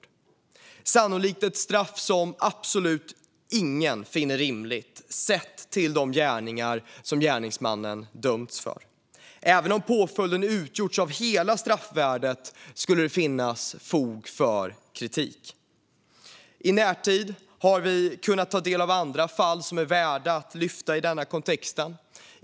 Det är sannolikt ett straff som absolut ingen finner rimligt, sett till de gärningar som gärningsmannen dömts för. Även om påföljden hade utgjorts av hela straffvärdet skulle det finnas fog för kritik. I närtid har vi kunnat ta del av andra fall som är värda att lyfta fram i denna kontext.